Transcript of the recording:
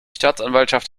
staatsanwaltschaft